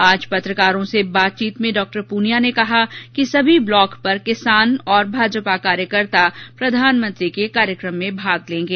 आज पत्रकारों से बातचीत में डॉ पूनिया ने कहा कि सभी ब्लॉक पर किसान तथा भाजपा कार्यकर्ता प्रधानमंत्री के कार्यक्रम में भाग लेंगे